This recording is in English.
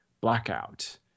blackout